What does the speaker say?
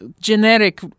generic